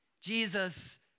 Jesus